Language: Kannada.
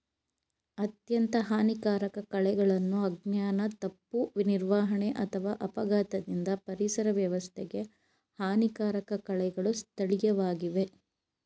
ಅತ್ಯಂತ ಹಾನಿಕಾರಕ ಕಳೆಗಳನ್ನು ಅಜ್ಞಾನ ತಪ್ಪು ನಿರ್ವಹಣೆ ಅಥವಾ ಅಪಘಾತದಿಂದ ಪರಿಸರ ವ್ಯವಸ್ಥೆಗೆ ಹಾನಿಕಾರಕ ಕಳೆಗಳು ಸ್ಥಳೀಯವಾಗಿವೆ